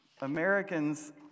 Americans